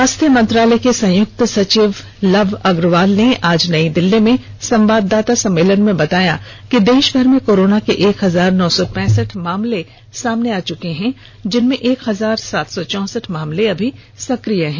स्वास्थ्य मंत्रालय के संयुक्त सचिव लव अग्रवाल ने आज नई दिल्ली में संवाददाता सम्मेलन में बताया कि देषभर में कोरोना के एक हजार नौ सौ पैंसठ मामले सामने आ चुके हैं जिनमें एक हजार सात सौ चौंसठ मामले अभी सकिय हैं